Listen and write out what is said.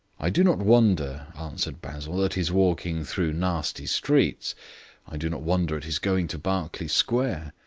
i do not wonder, answered basil, at his walking through nasty streets i do not wonder at his going to berkeley square.